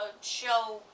show